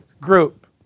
group